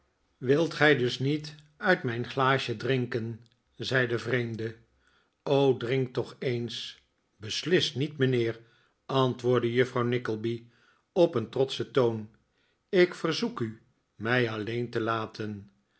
wilt gij dus niet uit mijn glaasje drinken zei de vreemde r o drink toch eens beslist niet mijnheer antwoordde juffrouw nickleby op een trotschen toon ik verzoek u mij alleen te laten